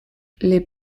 les